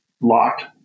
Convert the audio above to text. locked